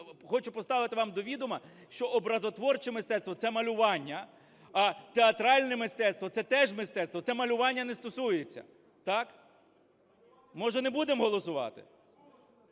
Хочу поставити вам до відома, що образотворче мистецтво – це малювання. А театральне мистецтво – це теж мистецтво, це малювання не стосується. Так? Може не будемо голосувати?